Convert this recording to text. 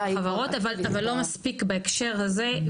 אבל לא מספיק בהקשר הזה,